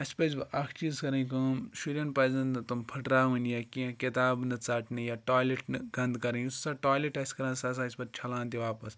اَسہِ پَزِ وٕ اَکھ چیٖز کَرٕنۍ کٲم شُرٮ۪ن پَزن نہٕ تٕم پھٕٹراوٕنۍ یا کیٚنٛہہ کِتاب نہٕ ژَٹنہِ یا ٹایلیٹ نہٕ گنٛد کَرٕنۍ یُس ہَسا ٹولیٹ آسہِ کَران سُہ ہَسا ٲسۍ پَتہٕ چھَلان تہِ واپَس